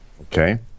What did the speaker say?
Okay